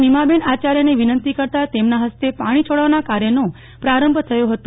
નીમાબેન આચાર્યને વિનંતી કરતાં તેમના હસ્તે પાણી છોડવાના કાર્યનો પ્રારંભ થયો હતો